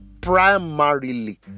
primarily